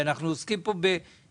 הרי אנחנו עוסקים פה בבנקים.